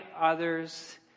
others